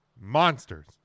Monsters